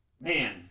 man